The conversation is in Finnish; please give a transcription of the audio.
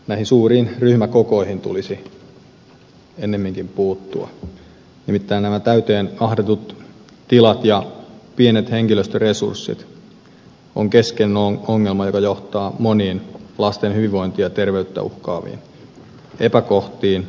näihin suuriin ryhmäkokoihin tulisi ennemminkin puuttua nimittäin nämä täyteen ahdetut tilat ja pienet henkilöstöresurssit ovat keskeisiä ongelmia jotka johtavat moniin lasten hyvinvointia ja terveyttä uhkaaviin epäkohtiin